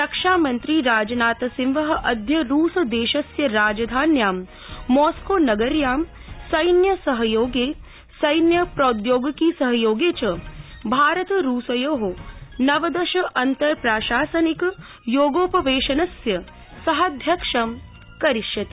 रक्षामंत्री राजनाथसिंह अद्य रूसदेशस्य राजधान्यां मॉस्कोनगयाँ सैन्यसहयोगे सैन्य प्रौद्योगिकी सहयोगे च भारत रूसयो नवदश अन्तर्प्राशासनिक योगोपवेशनस्य सहाध्यक्षं करिष्यति